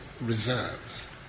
reserves